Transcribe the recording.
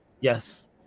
yes